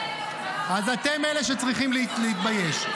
אז אתם אלה שצריכים להתבייש.